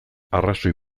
arrazoi